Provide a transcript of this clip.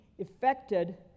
affected